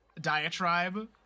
diatribe